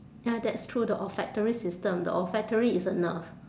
ya that's true the olfactory system the olfactory is a nerve